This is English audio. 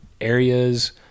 areas